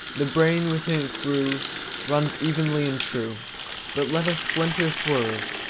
the brain within its groove runs evenly and true but let a splinter swerve,